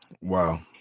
Wow